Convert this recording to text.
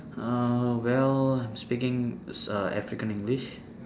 uh well I'm speaking uh african english